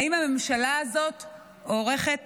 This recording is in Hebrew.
האם הממשלה הזאת עורכת